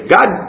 God